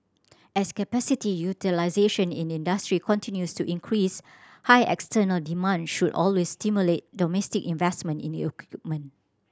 as capacity utilisation in industry continues to increase high external demand should always stimulate domestic investment in